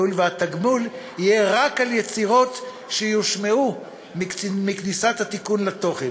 הואיל והתגמול יהיה רק על יצירות שיושמעו מכניסת התיקון לתוקף.